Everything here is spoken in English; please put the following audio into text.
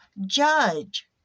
judge